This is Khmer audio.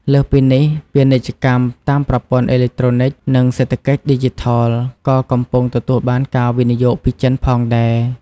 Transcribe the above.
លើសពីនេះ ពាណិជ្ជកម្មតាមប្រព័ន្ធអេឡិចត្រូនិចនិងសេដ្ឋកិច្ចឌីជីថលក៏កំពុងទទួលបានការវិនិយោគពីចិនផងដែរ។